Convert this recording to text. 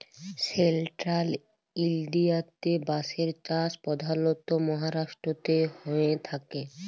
central ইলডিয়াতে বাঁশের চাষ পধালত মাহারাষ্ট্রতেই হঁয়ে থ্যাকে